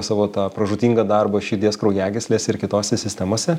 savo tą pražūtingą darbą širdies kraujagyslėse ir kitose sistemose